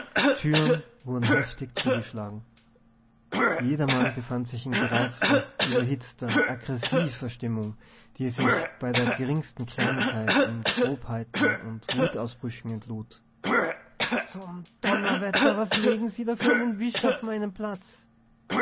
türen wurden heftig zugeschlagen jedermann befand sich in gereizter überhitzter aggressiver stimmung die sich bei der geringsten kleinigkeit in grobheiten und wutausbrüchen entlud zum donnerwetter was legen sie da für einen wisch auf meinen platz